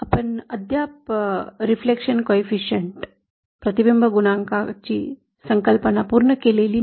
आपण अद्याप प्रतिबिंब गुणांका ची संकल्पना पूर्ण केलेली नाही